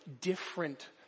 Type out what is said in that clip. different